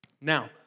Now